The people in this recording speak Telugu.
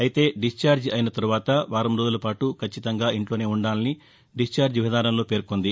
అయితే డిశ్చార్జ్ అయిన తరువాత వారం రోజుల పాటు కచ్చితంగా ఇంట్లోనే ఉండాలని డిశ్చార్జ్ విధానంలో పేర్కొంది